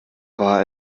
war